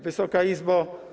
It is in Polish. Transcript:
Wysoka Izbo!